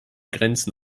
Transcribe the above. grenzen